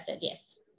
yes